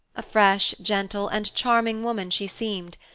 a fresh, gentle, and charming woman she seemed,